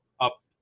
up